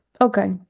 okay